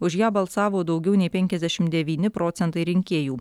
už ją balsavo daugiau nei penkiasdešimt devyni procentai rinkėjų